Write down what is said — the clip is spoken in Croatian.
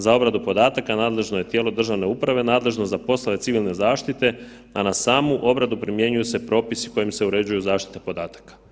Za obradu podataka nadležno je tijelo državne uprave nadležno za poslove civilne zaštite, a na samu obradu primjenjuju se propisi kojim se uređuju zaštita podataka.